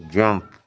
jump